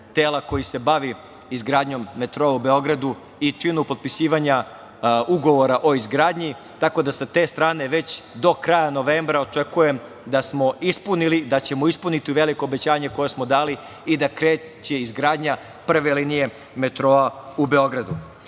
koji se bavi izgradnjom metroa u Beogradu i činu potpisivanja Ugovora o izgradnji, tako da sa te strane, već do kraja novembra očekujem da smo ispunili, da ćemo ispuniti veliko obećanje koje smo dali i da kreće izgradnja prve linije metroa u Beogradu. Dakle,